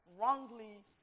wrongly